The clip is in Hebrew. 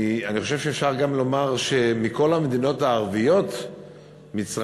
אני חושב שאפשר גם לומר שמכל המדינות הערביות מצרים